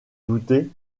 douter